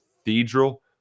Cathedral